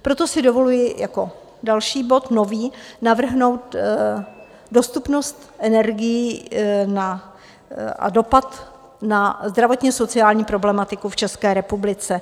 Proto si dovoluji jako další bod, nový, navrhnout Dostupnost energií a dopad na zdravotněsociální problematiku v České republice.